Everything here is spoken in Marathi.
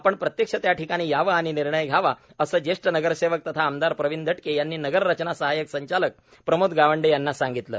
आपण प्रत्यक्ष त्या ठिकाणी यावे आणि निर्णय घ्यावा असे ज्येष्ठ नगरसेवक तथा आमदार प्रवीण दटके यांनी नगररचना सहायक संचालक प्रमोद गावंडे यांना सांगितले